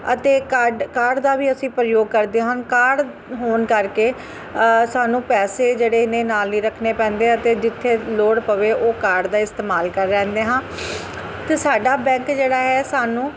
ਅਤੇ card card ਦਾ ਵੀ ਅਸੀਂ ਪ੍ਰਯੋਗ ਕਰਦੇ ਹਨ ਕਾਰਡ ਹੋਣ ਕਰਕੇ ਸਾਨੂੰ ਪੈਸੇ ਜਿਹੜੇ ਨੇ ਨਾਲ ਨਹੀਂ ਰੱਖਣੇ ਪੈਂਦੇ ਆ ਅਤੇ ਜਿੱਥੇ ਲੋੜ ਪਵੇ ਉਹ ਕਾਰਡ ਦਾ ਇਸਤੇਮਾਲ ਕਰ ਲੈਂਦੇ ਹਾਂ ਅਤੇ ਸਾਡਾ ਬੈਂਕ ਜਿਹੜਾ ਹੈ ਸਾਨੂੰ